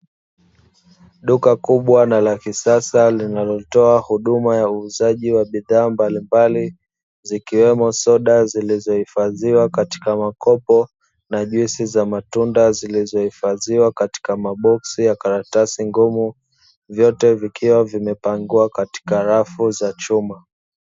Duka kubwa na la kisasa linalotoa huduma ya bidhaa mbalimbali, zikiwemo soda zilizohifadhiwa kwenye makopo na juisi za matunda zilizohifadhiwa katika maboksi ya karatasi ngumu vyote vikiwa vimepangwa katika rafu za chuma.